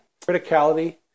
criticality